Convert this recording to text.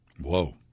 Whoa